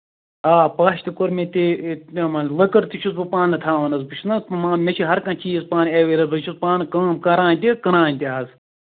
آ پَش تہِ کوٚر میےٚ یِمن لٔکٔر تہِ چھُس بہٕ پانہٕ تھاوان حظ بہٕ چھُس نا مان مےٚ چھِ ہر کانٛہہ چیٖز پانہٕ ایوِلیبٕل بہٕ چھُس پانہٕ کٲم کران اتہِ کٕنان تہِ حظ